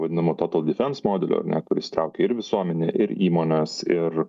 vadinamu total defens modeliu kuris įtraukia ir visuomenę ir įmones ir